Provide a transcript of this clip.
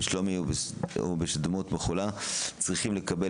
בשלומי או בשדמות מחולה צריכה לקבל